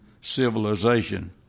civilization